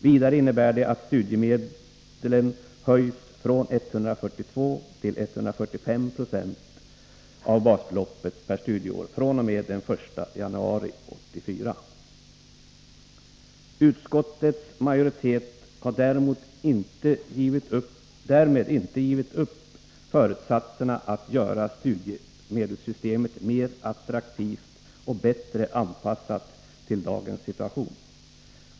Vidare innebär det att studiemedlen höjs från 142 96 till 145 96 av basbeloppet per studieår fr.o.m. den 1 januari 1984. Utskottets majoritet har därmed inte givit upp föresatserna att göra studiemedelssystemet mer attraktivt och bättre anpassat till dagens situation.